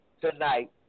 tonight